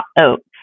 oats